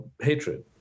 hatred